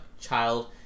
child